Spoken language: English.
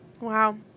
Wow